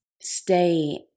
stay